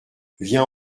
vient